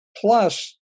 plus